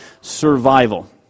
survival